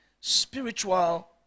spiritual